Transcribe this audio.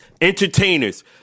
entertainers